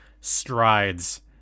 strides